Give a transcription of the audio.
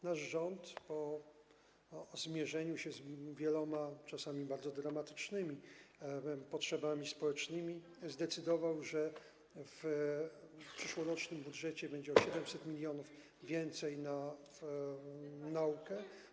Nasz rząd po zmierzeniu się z wieloma, czasami bardzo dramatycznymi potrzebami społecznymi zdecydował, że w przyszłorocznym budżecie będzie o 700 mln więcej na naukę.